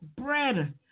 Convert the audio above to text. bread